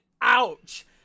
ouch